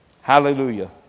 Hallelujah